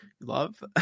love